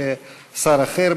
ושר אחר,